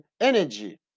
energy